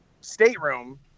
stateroom